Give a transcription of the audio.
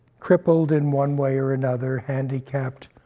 crippled in one way or another, handicapped,